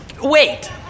Wait